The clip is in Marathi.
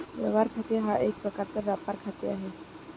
व्यवहार खाते हा एक प्रकारचा व्यापार खाते आहे